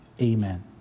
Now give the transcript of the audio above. amen